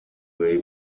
muri